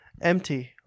empty